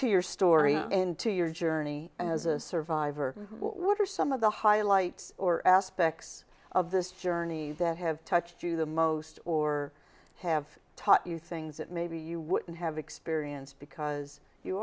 to your story into your journey as a survivor what are some of the highlights or aspects of this journey that have touched you the most or have taught you things that maybe you wouldn't have experienced because you